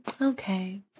okay